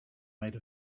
made